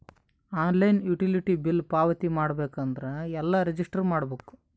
Online utility bill ಪಾವತಿ ಮಾಡಬೇಕು ಅಂದ್ರ ಎಲ್ಲ ರಜಿಸ್ಟರ್ ಮಾಡ್ಬೇಕು?